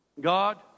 God